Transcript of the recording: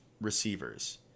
receivers